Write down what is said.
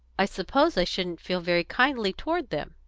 i suppose i shouldn't feel very kindly toward them.